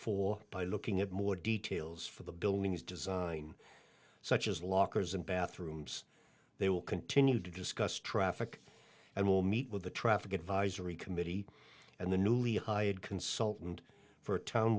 for by looking at more details for the buildings design such as lockers and bathrooms they will continue to discuss traffic and will meet with the traffic advisory committee and the newly hired consultant for a town